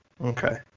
Okay